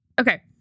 Okay